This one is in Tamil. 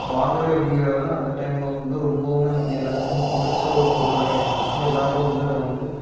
வானொலி அப்படிங்கறது வந்து அந்த டைமில் வந்து ரொம்பவும் வந்து எல்லோருக்கும் பிடிச்ச ஒரு பொருளாக இருந்துச்சு எல்லோரும் வந்து அதை வந்து